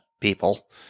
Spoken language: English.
people